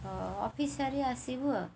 office ସାରି ଆସିବୁ ଆଉ